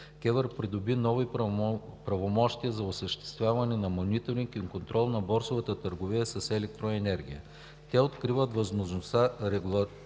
придоби нови правомощия за осъществяване на мониторинг и контрол на борсовата търговия с електроенергия. Те откриват възможността регулаторът